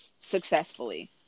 successfully